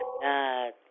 God